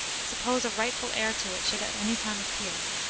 suppose a rightful heir to it should at any time appear,